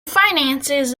finances